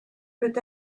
peut